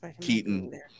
Keaton